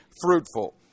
fruitful